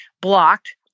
blocked